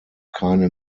keine